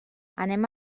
anem